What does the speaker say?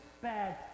bad